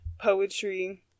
poetry